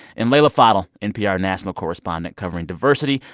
and leila fadel, npr national correspondent covering diversity,